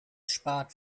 spart